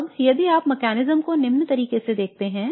अब यदि आप तंत्र को निम्न तरीके देखते हैं